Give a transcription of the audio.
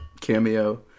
cameo